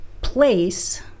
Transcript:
place